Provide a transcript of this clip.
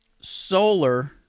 Solar